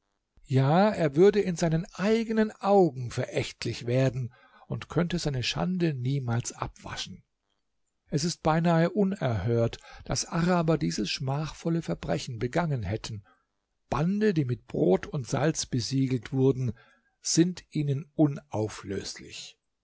ja er würde in seinen eigenen augen verächtlich werden und könnte seine schande niemals abwaschen es ist beinahe unerhört daß araber dieses schmachvolle verbrechen begangen hätten bande die mit brot und salz besiegelt wurden sind ihnen unauflöslich